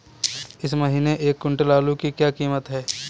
इस महीने एक क्विंटल आलू की क्या कीमत है?